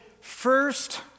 first